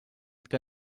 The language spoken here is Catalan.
que